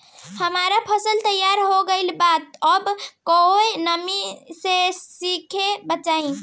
हमार फसल तैयार हो गएल बा अब ओके नमी से कइसे बचाई?